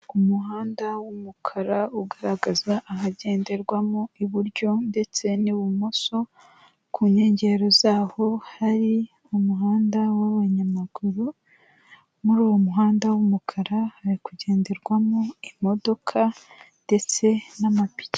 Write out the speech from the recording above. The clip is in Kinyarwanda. Umuhanda w'umukara ugaragaza ahagenderwamo iburyo ndetse n'ibumoso, ku nkengero zaho hari umuhanda w'abanyamaguru, muri uwo muhanda w'umukara hari kugenderwamo imodoka ndetse n'amapiki.